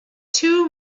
two